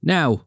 Now